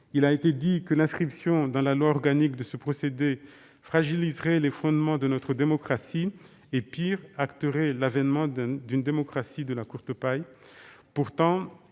Il a été dit que l'inscription dans la loi organique de ce procédé fragiliserait les fondements de notre démocratie et, pire, qu'il acterait l'avènement d'une « démocratie de la courte paille ». Pourtant,